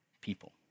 people